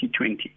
2020